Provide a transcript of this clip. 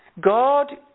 God